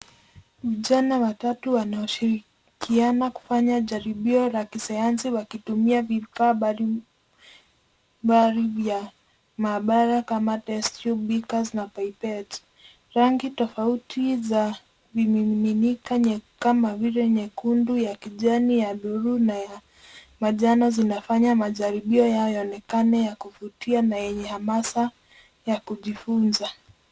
Vijana watatu wanaoshirikiana kufanya jaribio la kisayansi wakitumia vifaa mbalimbali vya maabara kama test tube , beakers na pippettes . Rangi tofauti za vimiminika kama vile nyekundu, ya kijani, ya bluu na ya manjano zinafanya majaribio yanaonekana ya kuvutia na hamasa ya kujifunza.